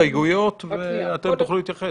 הדבר השני, באמצעות הגדלת יכולת הניטור